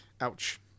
Ouch